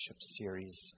series